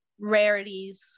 Rarities